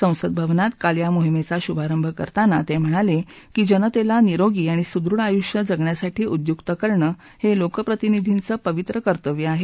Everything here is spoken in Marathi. संसद भवनात काल या मोहिमेचा शुभारंभ करताना ते म्हणाले की जनतेला निरोगी आणि सुदृढ आयुष्य जगण्यासाठी उद्युक्त करणं हे लोकप्रतिनिधींचं पवित्र कर्तव्य आहे